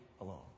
alone